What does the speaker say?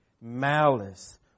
malice